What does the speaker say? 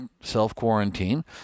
self-quarantine